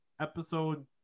episode